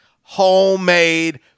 homemade